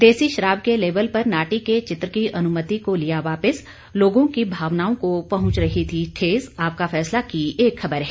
देसी शराब के लेबल पर नाटी के चित्र की अनुमति को लिया वापिस लोगों की भावनाओं को पहुंच रही थी ठेस आपका फैसला की एक खबर है